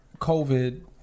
COVID